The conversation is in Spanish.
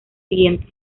siguiente